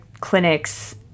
clinics